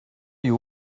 you